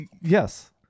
Yes